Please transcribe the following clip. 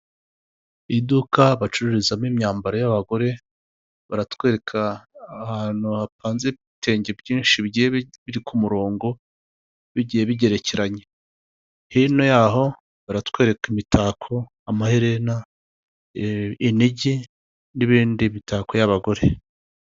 Iduka bacururiza mo imyambaro y'abagore, baratwereka ahantu hapanze ibitenge byinshi bigiye biri ku murongo, bigiye bigerekeranye. Hino yaho baratwereka: imitako, amaherena, inigi n'iyindi mitako y'abagore.